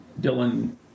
Dylan